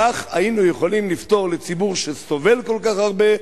כך היינו יכולים לפתור לציבור שסובל כל כך הרבה,